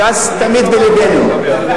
ש"ס תמיד בלבנו.